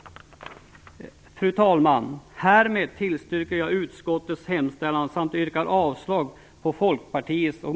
Fru talman! Härmed tillstyrker jag utskottets hemställan samt yrkar avslag på Folkpartiets och